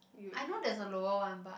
I know there's a lower one but